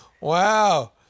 wow